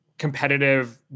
competitive